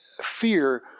fear